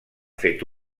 fet